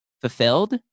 fulfilled